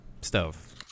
stove